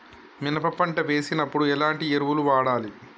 మినప పంట వేసినప్పుడు ఎలాంటి ఎరువులు వాడాలి?